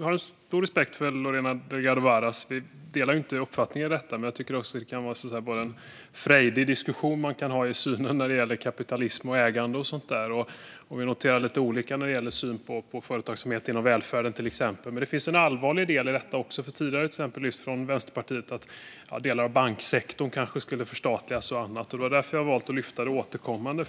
har stor respekt för Lorena Delgado Varas. Vi delar inte uppfattning i denna fråga, men jag tycker att man kan ha en frejdig diskussion om kapitalism och ägande och sådant. Vi har lite olika syn på företagsamhet inom välfärden, till exempel. Men det finns också en allvarlig del i detta. Tidigare har man från Vänsterpartiet till exempel lyft fram att delar av banksektorn kanske skulle förstatligas och annat. Det är därför jag har valt att lyfta fram det återkommande.